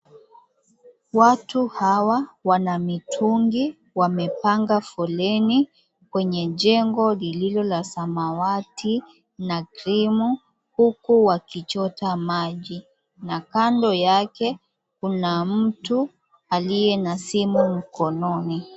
Watu hawa wana mitungi wamepanga foleni kwenye jengo lililo la samawati na krimu huku wakichota maji na kando yake kuna mtu aliye na simu mkononi.